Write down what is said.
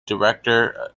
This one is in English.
director